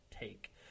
take